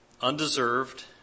undeserved